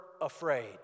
afraid